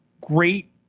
great